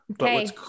Okay